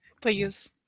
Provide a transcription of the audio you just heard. Please